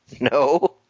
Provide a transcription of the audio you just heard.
no